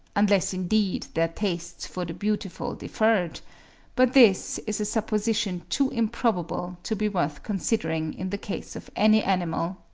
unless indeed their tastes for the beautiful differed but this is a supposition too improbable to be worth considering in the case of any animal,